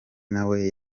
nawe